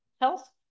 Health